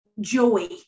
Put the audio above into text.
joy